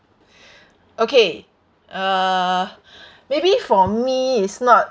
okay uh maybe for me is not